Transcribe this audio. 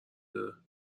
داره